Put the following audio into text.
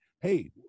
hey